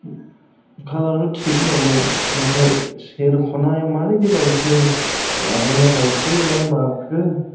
कालार आलाय थिग दंमोन नाथाय सेर खनायाव माबोरैदि बायखो लाबोनायाव बायखोना माखो